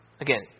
Again